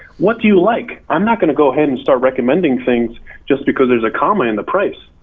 what do you like? i'm not gonna go ahead and start recommending things just because there's a comma in the price.